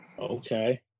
Okay